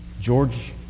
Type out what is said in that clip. George